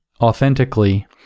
authentically